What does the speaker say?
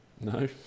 No